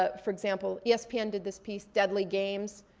ah for example, espn did this piece, deadly games,